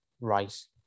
rice